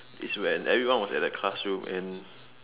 is when everyone was at the classroom and